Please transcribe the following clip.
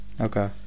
okay